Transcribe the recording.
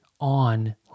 on